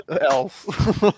else